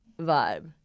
vibe